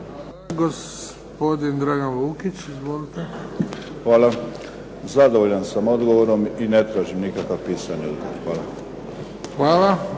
Hvala.